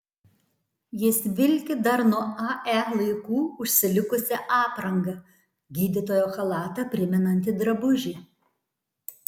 jis vilki dar nuo ae laikų užsilikusią aprangą gydytojo chalatą primenantį drabužį